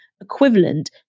Equivalent